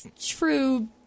true